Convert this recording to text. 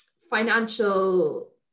financial